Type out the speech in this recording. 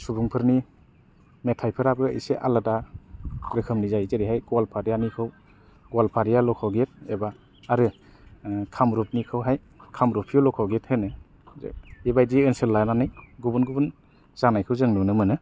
सुबुं फोरनि मेथाइ फोराबो एसे आलादा रोखोमनि जायो जेरैहाय गलफारियानिखौ गलफारिया लख' गित एबा आरो खामरुपनि खौहाय खामरुपि लख' गित होनो बेबादि ओनसोल लानानै गुबुन गुबुन जानायखौ जों नुनो मोनो